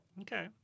Okay